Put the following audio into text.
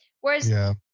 Whereas